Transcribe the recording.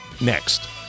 next